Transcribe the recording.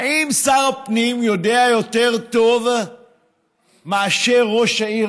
האם שר הפנים יודע יותר טוב מאשר ראש העיר